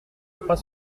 trois